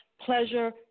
pleasure